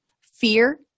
fear